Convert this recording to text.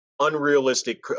unrealistic